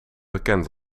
bekend